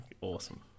Awesome